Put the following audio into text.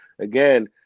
again